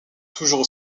toujours